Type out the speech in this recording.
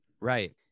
right